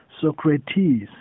Socrates